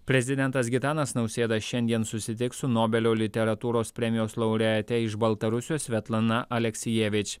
prezidentas gitanas nausėda šiandien susitiks su nobelio literatūros premijos laureate iš baltarusijos svetlana aleksijevič